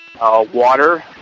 water